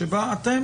שבה אתם